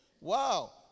Wow